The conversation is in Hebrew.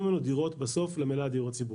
ממנו בסוף דירות למלאי הדיור הציבורי.